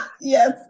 yes